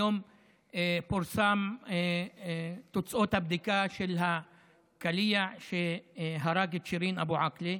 היום פורסמו תוצאות הבדיקה של הקליע שהרג את שירין אבו עאקלה,